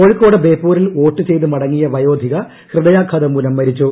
കോഴിക്കോട് ബേപ്പൂരിൽ വേട്ട് ചെയ്ത് മടങ്ങിയ വയോധിക ഹൃദയാഘാതം മൂലം മരിച്ചു